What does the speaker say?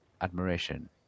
Admiration